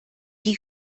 die